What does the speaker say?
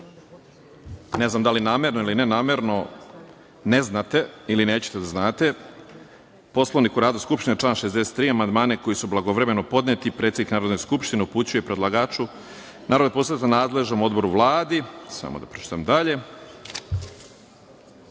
ne znam da li namerno ili nenamerno, ne znate ili nećete da znate, Poslovnik o radu Skupštine, član 63 - amandmane koji su blagovremeno podneti predsednik Narodne skupštine upućuje predlagaču, narodnim poslanicima, nadležnom odboru, Vladi, koji će nepotpune